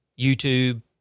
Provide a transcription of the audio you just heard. YouTube